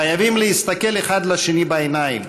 חייבים להסתכל אחד לשני בעיניים,